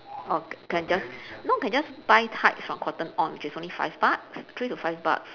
or can just you know can just buy tights from cotton on which is only five bucks three to five bucks